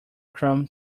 chrome